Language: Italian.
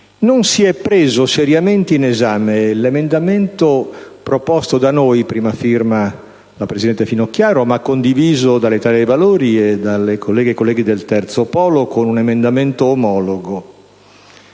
non si è preso seriamente in esame l'emendamento proposto da noi, a prima firma della presidente Finocchiaro, e condiviso dall'Italia dei Valori e dai colleghi del Terzo Polo con un emendamento omologo: